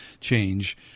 change